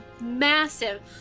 massive